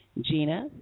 Gina